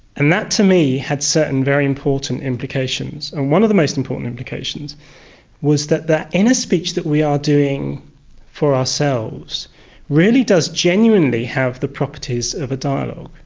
and that to me had certain very important implications, and one of the most important implications was that that inner speech that we are doing for ourselves really does genuinely have the properties of a dialogue.